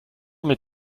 mit